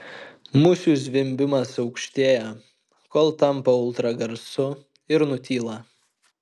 musių zvimbimas aukštėja kol tampa ultragarsu ir nutyla